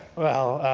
well,